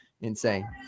insane